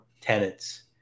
tenants